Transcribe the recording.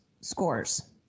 scores